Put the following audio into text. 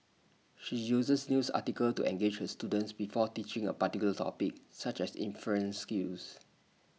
she uses news articles to engage her students before teaching A particular topic such as inference skills